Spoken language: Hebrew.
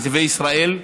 נתיבי ישראל,